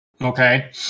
okay